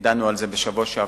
דנו על זה בשבוע שעבר.